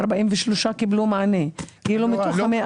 43% קיבלו מענה מתוך ה-100%.